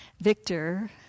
Victor